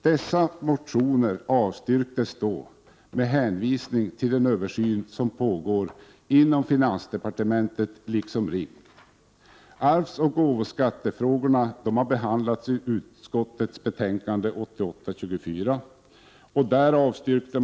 Dessa motionsyrkanden avstyrktes då med hänvisning till den översyn som pågår inom såväl finansdepartementet som Rink. Frågor om arvsoch gåvoskatt har behandlats i skatteutskottets betänkande 1987/88:24.